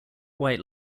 white